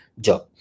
job